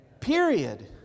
Period